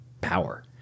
power